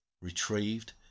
Retrieved